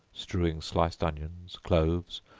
strewing sliced onions, cloves,